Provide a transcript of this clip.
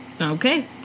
Okay